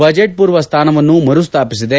ಬಜೆಟ್ಪೂರ್ವ ಸ್ಟಾನವನ್ನು ಮರು ಸ್ಟಾಪಿಸಿದೆ